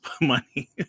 money